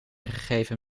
gegeven